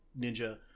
ninja